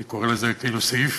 אני קורא לזה כאילו סעיף